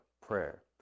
prayer